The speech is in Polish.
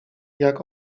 jak